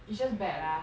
it's just bad lah